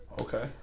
okay